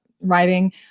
writing